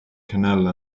canal